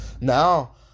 Now